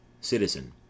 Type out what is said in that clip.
Citizen